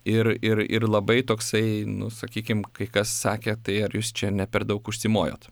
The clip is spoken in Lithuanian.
ir ir ir labai toksai nu sakykim kai kas sakė tai ar jūs čia ne per daug užsimojot